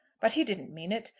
but he didn't mean it.